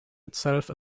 itself